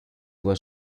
was